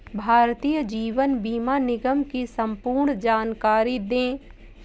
भारतीय जीवन बीमा निगम की संपूर्ण जानकारी दें?